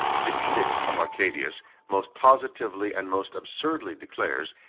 the edicts of arcadius most positively and most absurdly declares,